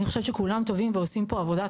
אני חושבת שכולם טובים ועושים פה עבודת